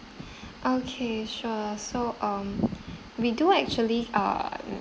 okay sure so um we do actually uh